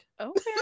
Okay